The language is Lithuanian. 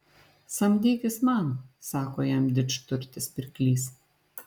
samdykis man sako jam didžturtis pirklys